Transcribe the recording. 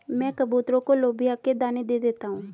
मैं कबूतरों को लोबिया के दाने दे देता हूं